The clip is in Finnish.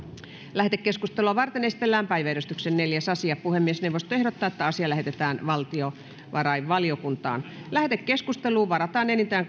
lähetekeskustelua varten esitellään päiväjärjestyksen neljäs asia puhemiesneuvosto ehdottaa että asia lähetetään valtiovarainvaliokuntaan lähetekeskusteluun varataan enintään